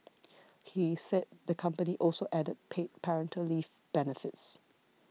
he said the company also added paid parental leave benefits